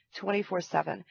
24-7